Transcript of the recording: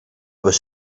was